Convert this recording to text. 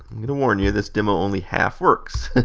i'm going to warn you this demo only half works.